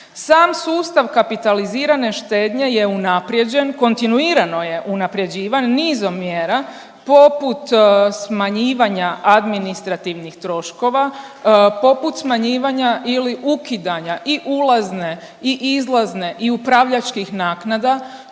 Sam sustav kapitalizirane štednje je unaprijeđen, kontinuirano je unaprjeđivan nizom mjera poput smanjivanja administrativnih troškova, poput smanjivanja ili ukidanja i ulazne i izlazne i upravljačkih naknada,